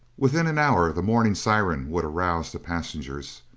within an hour the morning siren would arouse the passengers.